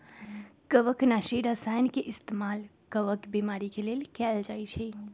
कवकनाशी रसायन के इस्तेमाल कवक बीमारी के लेल कएल जाई छई